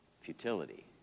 futility